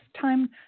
time